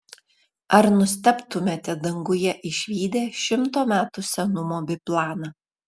ar nustebtumėte danguje išvydę šimto metų senumo biplaną